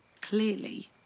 clearly